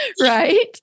right